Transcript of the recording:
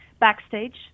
backstage